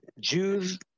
Jews